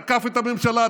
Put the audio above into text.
תקף את הממשלה,